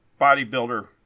bodybuilder